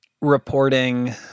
reporting